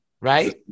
right